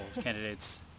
candidates